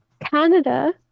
canada